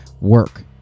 work